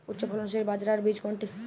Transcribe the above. উচ্চফলনশীল বাজরার বীজ কোনটি?